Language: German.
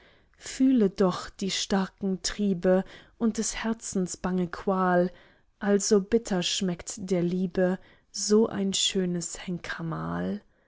fühle doch die starken triebe und des herzens bange qual also bitter schmeckt der liebe so ein schönes